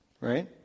right